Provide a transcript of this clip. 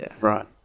Right